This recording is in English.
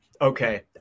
Okay